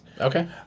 Okay